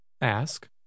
Ask